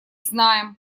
знаем